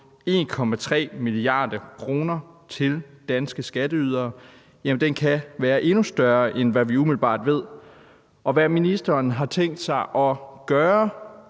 1,3 mia. kr. til danske skatteydere er endnu større, end hvad vi umiddelbart ved, og hvad har ministeren tænkt sig at gøre